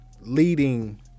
leading